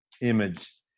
image